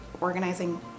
organizing